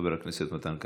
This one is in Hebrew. חבר הכנסת מתן כהנא,